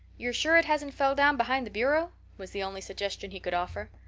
you're sure it hasn't fell down behind the bureau? was the only suggestion he could offer.